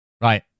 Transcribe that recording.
Right